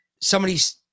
somebody's